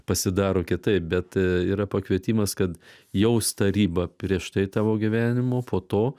pasidaro kitaip bet yra pakvietimas kad jaust tą ribą prieš tai tavo gyvenimo po to